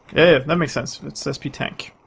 yeah, that makes sense that's so sp tank,